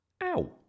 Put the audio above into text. Ow